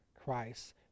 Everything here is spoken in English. Christ